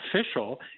official